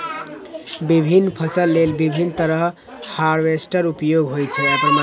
विभिन्न फसल लेल विभिन्न तरहक हार्वेस्टर उपयोग होइ छै